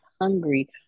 hungry